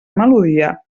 melodia